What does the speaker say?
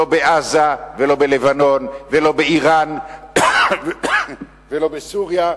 לא בעזה, ולא בלבנון, ולא באירן, ולא בסוריה,